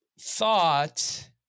thought